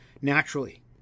Naturally